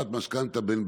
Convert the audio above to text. לא כתוב לי שההנמקה מהמקום.